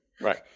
Right